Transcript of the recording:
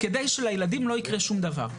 כדי שלילדים לא יקרה שום דבר.